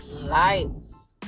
Lights